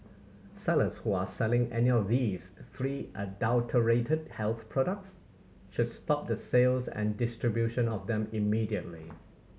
sellers who are selling any of these three adulterated health products should stop the sales and distribution of them immediately